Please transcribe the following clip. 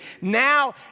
Now